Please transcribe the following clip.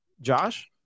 Josh